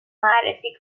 معرفی